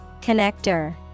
Connector